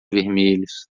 vermelhos